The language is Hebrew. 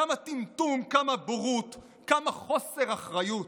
כמה טמטום, כמה בורות, כמה חוסר אחריות.